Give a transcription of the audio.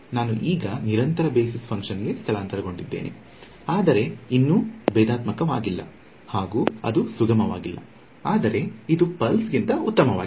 ನಾನು ಈಗ ನಿರಂತರ ಬೇಸಿಸ್ ಫಂಕ್ಷನ್ ಗೆ ಸ್ಥಳಾಂತರಗೊಂಡಿದ್ದೇನೆ ಆದರೆ ಇನ್ನೂ ಭೇದಾತ್ಮಕವಾಗಿಲ್ಲ ಹಾಗು ಅದು ಸುಗಮವಾಗಿಲ್ಲ ಆದರೆ ಇದು ಪಲ್ಸ್ ಗಿಂತ ಉತ್ತಮವಾಗಿದೆ